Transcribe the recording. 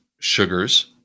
sugars